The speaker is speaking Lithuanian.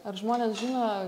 ar žmonės žino